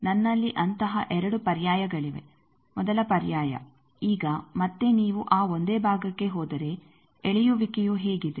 ಆದ್ದರಿಂದ ನನ್ನಲ್ಲಿ ಅಂತಹ 2 ಪರ್ಯಾಯಗಳಿವೆ ಮೊದಲ ಪರ್ಯಾಯ ಈಗ ಮತ್ತೆ ನೀವು ಆ ಒಂದೇ ಭಾಗಕ್ಕೆ ಹೋದರೆ ಎಳೆಯುವಿಕೆಯು ಹೇಗಿದೆ